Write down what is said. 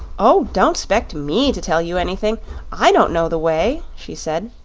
oh, don't spect me to tell you anything i don't know the way, she said.